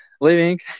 leaving